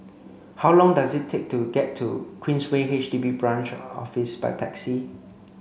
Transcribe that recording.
how long does it take to get to Queensway H D B Branch Office by taxi